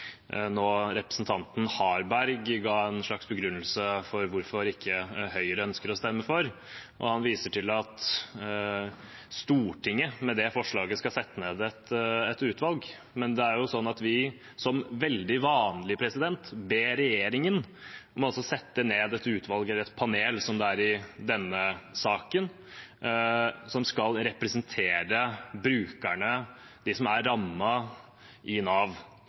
representanten Harberg nå ga en slags begrunnelse for hvorfor ikke Høyre ønsker å stemme for. Han viser til at Stortinget med det forslaget skal sette ned et utvalg. Men det er jo sånn at vi, som veldig vanlig er, ber regjeringen om å sette ned et utvalg – eller et panel, som det heter i denne saken – som skal representere brukerne, de som er rammet, i Nav.